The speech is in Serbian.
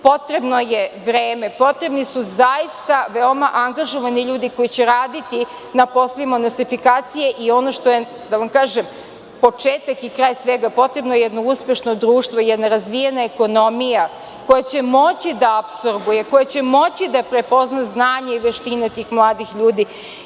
Potrebno je vreme, potrebni su zaista veoma angažovani ljudi koji će raditi na poslovima nostrifikacije i ono što je početak i kraj svega, potrebno je jedno uspešno društvo, jedna razvijena ekonomija koja će moći da apsorbuje, koja će moći da prepozna znanje i veštine tih mladih ljudi.